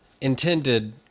intended